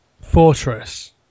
Fortress